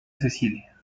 cecilia